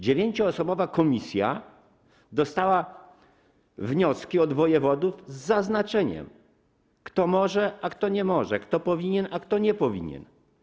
9-osobowa komisja dostała wnioski od wojewodów ze wskazaniem, kto może, a kto nie może, kto powinien, a kto nie powinien.